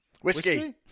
whiskey